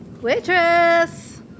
Waitress